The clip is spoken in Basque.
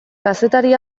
kazetari